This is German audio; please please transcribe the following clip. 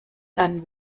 dann